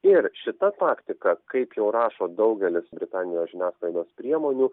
ir šita taktika kaip jau rašo daugelis britanijos žiniasklaidos priemonių